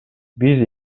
биз